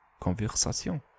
Conversation